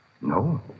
No